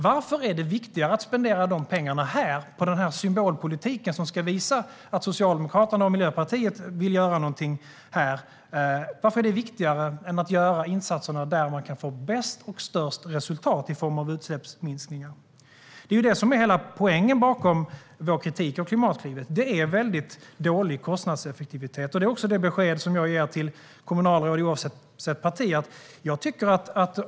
Varför är det viktigare att spendera de pengarna här, på en symbolpolitik som ska visa att Socialdemokraterna och Miljöpartiet vill göra något? Varför är det viktigare än att göra insatserna där man kan få bäst och störst resultat i form av utsläppsminskningar? Det är ju det som är hela poängen bakom vår kritik av Klimatklivet: Kostnadseffektiviteten är väldigt dålig. Det är också det besked jag ger till kommunalråd oavsett parti.